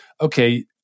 Okay